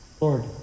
Lord